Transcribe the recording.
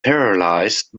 paralysed